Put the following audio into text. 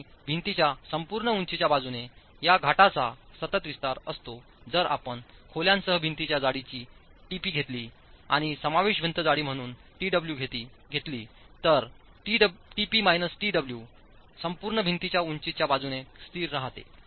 आणि भिंतीच्या संपूर्ण उंचीच्या बाजूने या घाटांचा सतत विस्तार असतो जर आपण खोल्यांसह भिंतीच्या जाडीची tp घेतली आणि समावेश भिंत जाडी म्हणूनtwघेतली तर tp tw संपूर्ण भिंतीच्या उंचीच्या बाजूने स्थिर राहतो